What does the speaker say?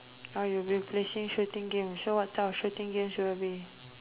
oh you have been playing shooting games so what type of shooting games you have been